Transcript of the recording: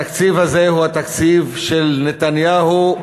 התקציב הזה הוא התקציב של נתניהו,